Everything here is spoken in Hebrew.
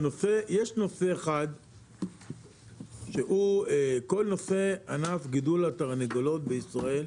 יש נושא אחד שהוא כל נושא ענף גידול התרנגולות בישראל,